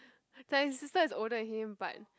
like his sister is older than him but